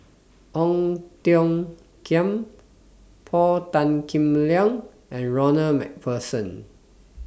Ong Tiong Khiam Paul Tan Kim Liang and Ronald MacPherson